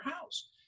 house